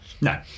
No